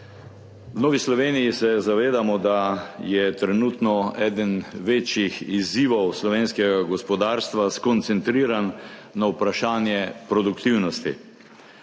V Novi Sloveniji se zavedamo, da je trenutno eden večjih izzivov slovenskega gospodarstva skoncentriran na vprašanje produktivnosti.